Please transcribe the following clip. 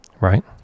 right